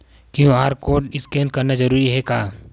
QR code scan करना जरूरी हे का?